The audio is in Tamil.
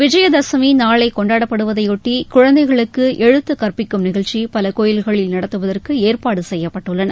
விஜயதசமி நாளை கொண்டாடப்படுவதையொட்டி குழந்தைகளுக்கு எழுத்து கற்பிக்கும் நிகழ்ச்சி பல கோயில்களில் நடத்துவதற்கு ஏற்பாடு செய்யப்பட்டுள்ளன